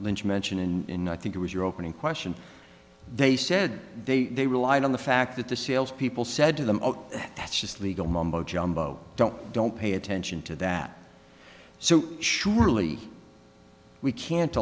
lynch mentioned in think it was your opening question they said they relied on the fact that the sales people said to them oh that's just legal mumbo jumbo don't don't pay attention to that so surely we can't